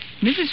Mrs